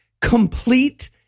complete